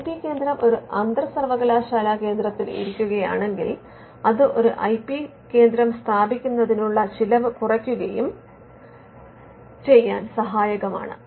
I P കേന്ദ്രം ഒരു അന്തർ സർവ്വകലാശാല കേന്ദ്രത്തിൽ ഇരിക്കുകയാണെങ്കിൽ അത് ഒരു ഐ പി കേന്ദ്രം സ്ഥാപിക്കുന്നതിനുള്ള ചെലവ് കുറയ്കക്കാൻ സഹായകമാണ്